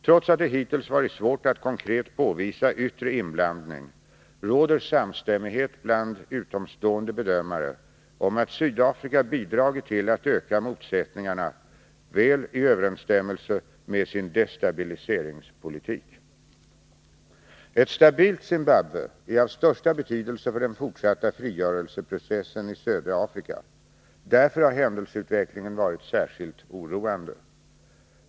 Trots att det hittills varit svårt att konkret påvisa yttre inblandning råder samstämmighet bland utomstående bedömare om att Sydafrika bidragit till att öka motsättningarna, väl i överensstämmelse med sin destabiliseringspolitik. Ett stabilt Zimbabwe är av största betydelse för den fortsatta frigörelseprocessen i södra Afrika. Därför har händelseutvecklingen varit särskilt oroande.